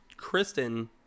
Kristen